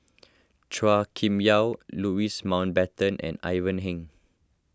Chua Kim Yeow Louis Mountbatten and Ivan Heng